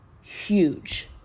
Huge